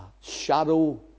shadow